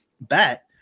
bet